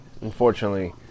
Unfortunately